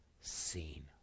seen